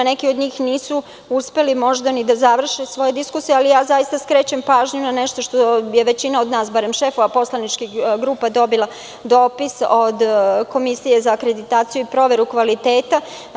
Neki od njih možda nisu uspeli da završe svoju diskusiju, ali zaista skrećem pažnju na nešto što je većina od nas, barem šefova poslaničkih grupa dobila dopis od Komisije za akreditaciju i proveru kvaliteta.